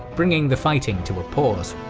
bringing the fighting to a pause.